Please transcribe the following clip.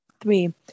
Three